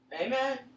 Amen